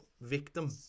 victim